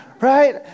Right